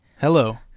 Hello